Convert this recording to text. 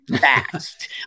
fast